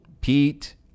Pete